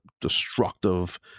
destructive